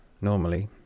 Normally